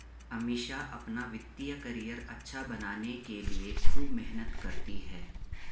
अमीषा अपना वित्तीय करियर अच्छा बनाने के लिए खूब मेहनत करती है